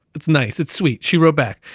it's nice, it's sweet. she wrote back,